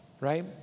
right